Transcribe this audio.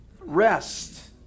rest